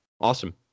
Awesome